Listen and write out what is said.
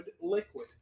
liquid